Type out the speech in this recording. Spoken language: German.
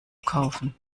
kaufen